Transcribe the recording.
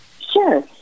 Sure